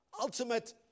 ultimate